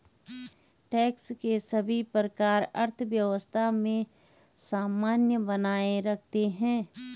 tax के सभी प्रकार अर्थव्यवस्था में समन्वय बनाए रखते हैं